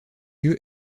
lieu